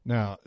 Now